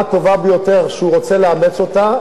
שהוא רוצה לאמץ אותה ושאני אחכה.